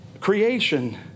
creation